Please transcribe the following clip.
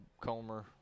Comer